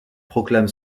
proclame